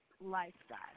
lifestyle